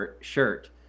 shirt